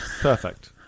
Perfect